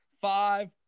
Five